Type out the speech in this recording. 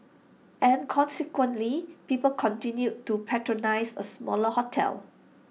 and consequently people continued to patronise A smaller hotel